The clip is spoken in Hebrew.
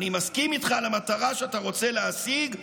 אני מסכים איתך על המטרה שאתה רוצה להשיג,